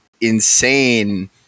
insane